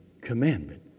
commandment